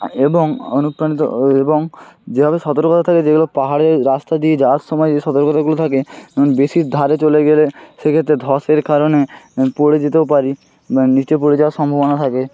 এবং অনুপ্রাণিত ও এবং যেভাবে সতর্কতা থাকে যেগুলো পাহাড়ের রাস্তা দিয়ে যাওয়ার সময় যে সতর্কতাগুলো থাকে কারণ বেশি ধারে চলে গেলে সেক্ষেত্রে ধ্বসের কারণে পড়ে যেতেও পারি বা নীচে পড়ে যাওয়ার সম্ভাবনা থাকে